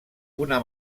una